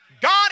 God